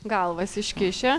galvas iškišę